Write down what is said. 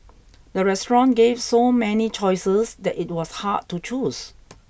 the restaurant gave so many choices that it was hard to choose